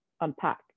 unpack